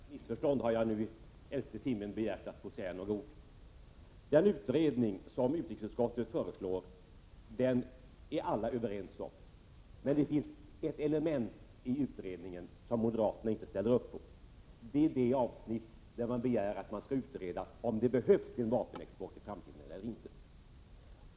Herr talman! För att undvika missförstånd har jag i elfte timmen begärt att få säga några ord. Den utredning som utrikesutskottet föreslår är alla överens om. Men det finns ett visst element i utredningen som moderaterna inte ställer upp på, nämligen det avsnitt där man begär att det skall utredas om det behövs en vapenexport i framtiden eller inte.